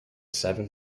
seven